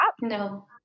No